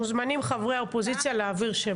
חברי האופוזיציה מוזמנים להעביר שמות.